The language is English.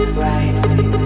right